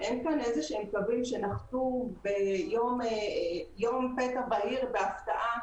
אין כאן קווים שנחתו לפתע יום בהיר בהפתעה.